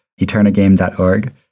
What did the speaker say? eternagame.org